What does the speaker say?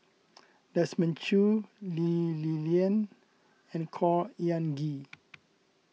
Desmond Choo Lee Li Lian and Khor Ean Ghee